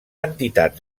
entitats